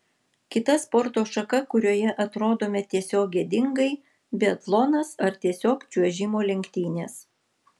kita sporto šaka kurioje atrodome tiesiog gėdingai biatlonas ar tiesiog čiuožimo lenktynės